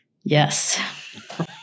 Yes